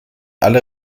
alle